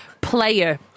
player